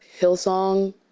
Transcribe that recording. Hillsong